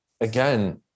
again